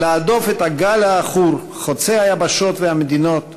להדוף את הגל העכור, חוצה היבשות והמדינות,